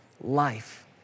life